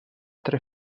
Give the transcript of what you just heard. tre